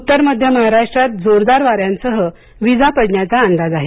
उत्तर मध्य महाराष्ट्रात जोरदार वाऱ्यांसह विजा पडण्याचा अंदाज आहे